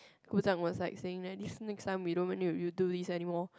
Gu-Zhang was like saying that next time we don't need to use do this anymore